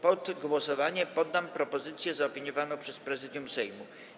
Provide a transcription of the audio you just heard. Pod głosowanie poddam propozycję zaopiniowaną przez Prezydium Sejmu.